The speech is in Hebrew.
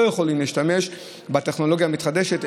יכולים להשתמש בטכנולוגיה המתחדשת,